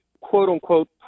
quote-unquote